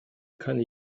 kann